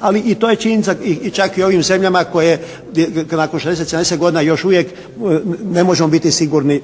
ali i to je činjenica i čak i u ovim zemljama koje nakon 60, 70 godina još uvijek ne možemo biti